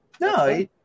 No